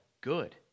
good